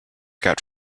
got